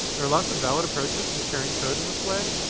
there are lots of valid approaches to sharing code in this way,